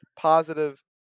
positive